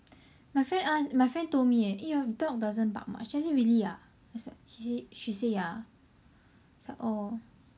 my friend as~ my friend told me eh your dog doesn't bark much then I say really ah then it's lik~ she say she say ya so I oh